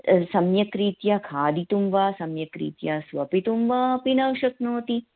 सम्यक् रीत्या खादितुं वा सम्यक्रीत्या स्वपितुं वा अपि न शक्नोति